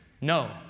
No